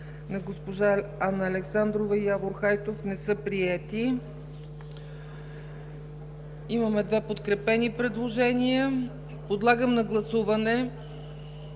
Анна Александрова и Явор Хайтов не са приети. Имаме две подкрепени предложения. Подлагам на гласуване